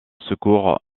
secours